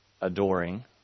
adoring